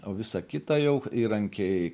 o visa kita jau įrankiai